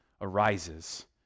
arises